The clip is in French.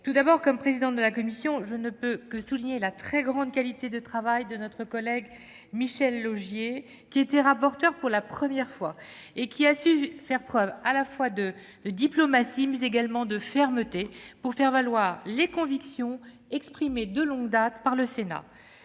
Tout d'abord, comme présidente de commission, je ne peux que souligner la très grande qualité du travail accompli par notre collègue Michel Laugier, qui était rapporteur pour la première fois. Il a su faire preuve, tout à la fois, de diplomatie et de fermeté pour faire valoir les convictions exprimées de longue date par le Sénat.